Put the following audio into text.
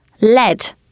lead